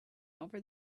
over